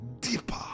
deeper